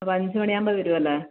അപ്പോൾ അഞ്ച് മണി ആവുമ്പോൾ വരും അല്ലേ